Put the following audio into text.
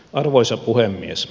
arvoisa puhemies